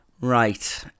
right